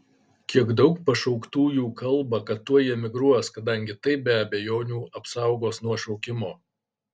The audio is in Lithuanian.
kiek daug pašauktųjų kalba kad tuoj emigruos kadangi tai be abejonių apsaugos nuo šaukimo